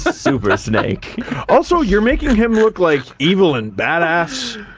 super snake also, you're making him look like evil and badass.